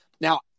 Now